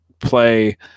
play